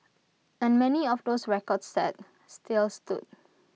and many of those records set still stood